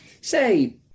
say